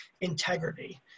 integrity